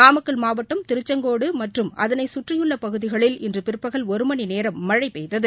நாமக்கல் மாவட்டம் திருச்செங்கோடு மற்றும் அதனைச்சுற்றியுள்ள பகுதிகளில் இன்று பிற்பகல் ஒருமணி நேரம் மனழ பெய்தது